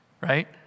right